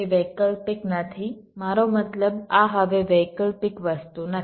તે વૈકલ્પિક નથી મારો મતલબ આ હવે વૈકલ્પિક વસ્તુ નથી